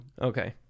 Okay